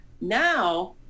now